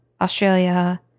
Australia